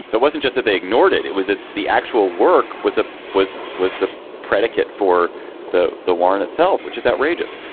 it wasn't just that they ignored it. it was the the actual work was a. was was the predicate for the the warrant itself, which is outrageous.